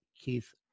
Keith